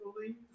believe